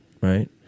right